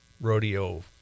Rodeo